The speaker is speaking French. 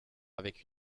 avec